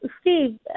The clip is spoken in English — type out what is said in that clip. Steve